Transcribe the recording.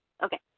Okay